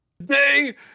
Today